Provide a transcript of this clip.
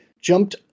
jumped